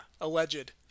alleged